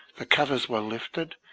the covers were lifted,